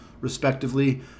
respectively